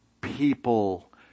people